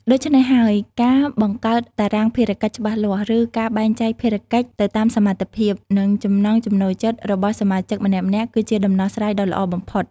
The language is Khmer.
ដូច្នេះហើយ ការបង្កើតតារាងភារកិច្ចច្បាស់លាស់ ឬការបែងចែកភារកិច្ចទៅតាមសមត្ថភាព និងចំណង់ចំណូលចិត្តរបស់សមាជិកម្នាក់ៗ គឺជាដំណោះស្រាយដ៏ល្អបំផុត។